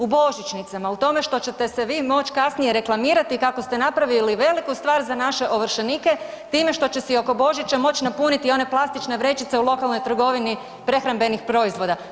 U božićnicama, u tome što ćete vi moć kasnije reklamirati kako ste napravili veliku stvar za naše ovršenike time što će si oko Božića moć napuniti one plastične vrećice u lokalnoj trgovini prehrambenih proizvoda.